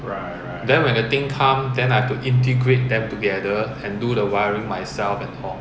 then when the thing come then I have to integrate them together and do the wiring myself and all